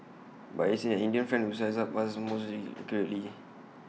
but it's an Indian friend who sized us up was mostly accurately